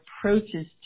approaches